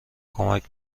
کمک